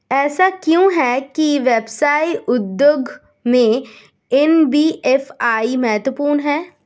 ऐसा क्यों है कि व्यवसाय उद्योग में एन.बी.एफ.आई महत्वपूर्ण है?